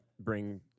bring